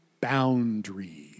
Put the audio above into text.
boundaries